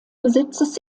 besitzes